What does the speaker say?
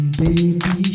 baby